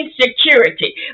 insecurity